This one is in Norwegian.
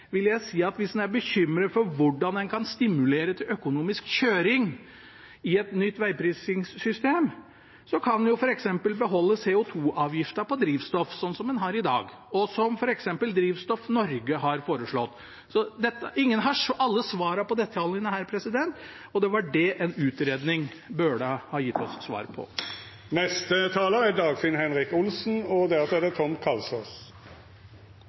vil jeg si at hvis han er bekymret for hvordan man kan stimulere til økonomisk kjøring i et nytt veiprisingssystem, kan man f.eks. beholde CO 2 -avgiften på drivstoff, slik man har i dag, og som f.eks. Drivkraft Norge har foreslått. Ingen har alle svar på detaljene, og det var det en utredning burde gitt oss svar på.